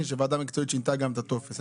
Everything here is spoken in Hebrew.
שוועדה מקצועית שינתה לי את הטופס.